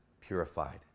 purified